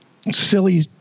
silly